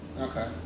Okay